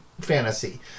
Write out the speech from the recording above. fantasy